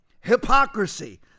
hypocrisy